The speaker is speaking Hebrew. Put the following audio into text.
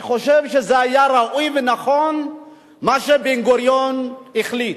אני חושב שזה היה ראוי ונכון מה שבן-גוריון החליט.